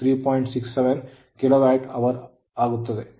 672 kilowatt hour ಯಾಗುತ್ತದೆ